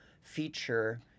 feature